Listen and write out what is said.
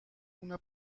una